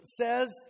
says